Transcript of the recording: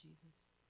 Jesus